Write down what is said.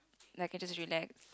like I can just relax